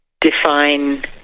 define